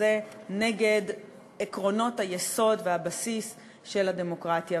וזה נגד עקרונות היסוד והבסיס של הדמוקרטיה,